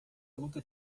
luta